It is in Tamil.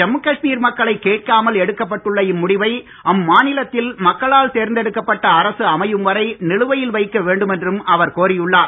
ஜம்மு காஷ்மீர் மக்களை கேட்காமல் எடுக்கப்பட்டுள்ள இம்முடிவை அம்மாநிலத்தில் மக்களால் தேர்ந்தெடுக்கப்பட்ட அரசு அமையும் வரை நிலுவையில் வைக்க வேண்டுமென்றும் அவர் கோரி உள்ளார்